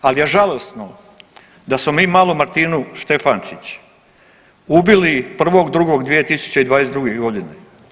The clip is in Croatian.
Ali je žalosno da smo mi malu Matinu Štefančić ubili 1.2.2022. godine.